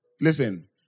Listen